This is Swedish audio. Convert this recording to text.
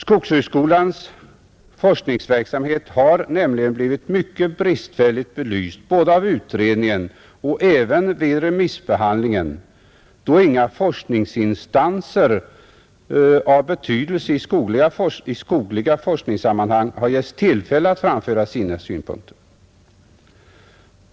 Skogshögskolans forskningsverksamhet har nämligen blivit mycket bristfälligt belyst, såväl av utredningen som vid remissbehandlingen, då inga forskningsinstanser av betydelse i skogliga forskningssammanhang har givits tillfälle att framföra sina synpunkter.